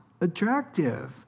attractive